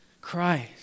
Christ